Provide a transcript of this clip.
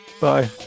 Bye